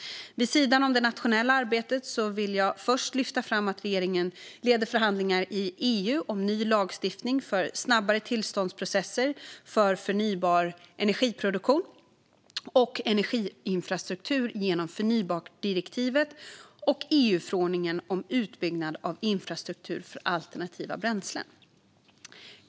Vid sidan om det nationella arbetet vill jag först lyfta fram att regeringen leder förhandlingar i EU om ny lagstiftning för snabbare tillståndsprocesser för förnybar energiproduktion och energiinfrastruktur genom förnybartdirektivet och EUförordningen om utbyggnad av infrastruktur för alternativa bränslen.